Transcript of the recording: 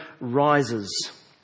rises